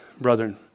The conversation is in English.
brethren